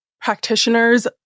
practitioners